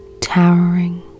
towering